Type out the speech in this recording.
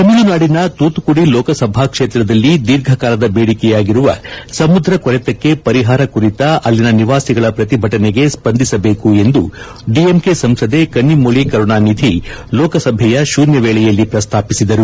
ತಮಿಳುನಾಡಿನ ತೂತುಕುಡಿ ಲೋಕಸಭಾ ಕ್ಷೇತ್ರದಲ್ಲಿ ದೀರ್ಘಕಾಲದ ಬೇಡಿಕೆಯಾಗಿರುವ ಸಮುದ್ರ ಕೊರೆತಕ್ಕೆ ಪರಿಹಾರ ಕುರಿತ ಅಲ್ಲಿನ ನಿವಾಸಿಗಳ ಪ್ರತಿಭಟನೆಗೆ ಸ್ಪಂದಿಸಬೇಕು ಎಂದು ಡಿಎಂಕೆ ಸಂಸದೆ ಕನ್ನಿಮೋಳಿ ಕರುಣಾನಿಧಿ ಅವರು ಲೋಕಸಭೆಯ ಶೂನ್ಲವೇಳೆಯಲ್ಲಿ ಪ್ರಸ್ತಾಪಿಸಿದರು